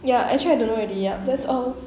ya actually I don't know already yup that's all